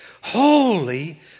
holy